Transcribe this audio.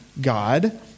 God